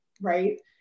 right